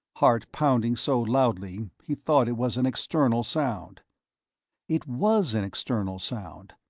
heart pounding so loudly he thought it was an external sound it was an external sound,